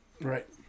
Right